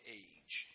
age